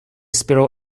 sparrow